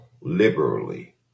liberally